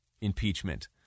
impeachment